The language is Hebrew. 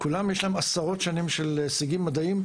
כולם יש להם עשרות שנים של הישגים מדעיים,